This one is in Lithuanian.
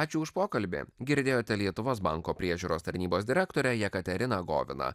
ačiū už pokalbį girdėjote lietuvos banko priežiūros tarnybos direktorę jekaterina goviną